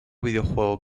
videojuego